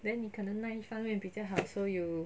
then 你可能那一方面比较好 so you